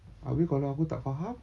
abeh kalau aku tak faham